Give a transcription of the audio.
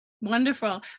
Wonderful